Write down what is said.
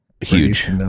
huge